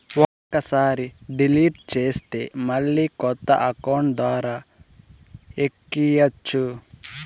ఒక్కసారి డిలీట్ చేస్తే మళ్ళీ కొత్త అకౌంట్ ద్వారా ఎక్కియ్యచ్చు